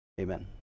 amen